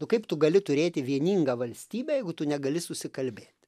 nu kaip tu gali turėti vieningą valstybę jeigu tu negali susikalbėt